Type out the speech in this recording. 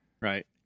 right